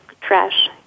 trash